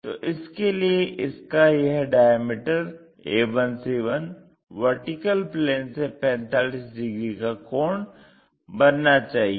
तो इसके लिए इसका यह डायमीटर a1c1 वर्टीकल प्लेन से 45 डिग्री का कोण बनाना चाहिए